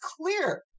clear